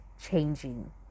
changing